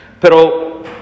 pero